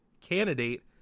candidate